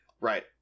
Right